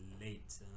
late